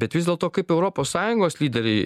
bet vis dėlto kaip europos sąjungos lyderiai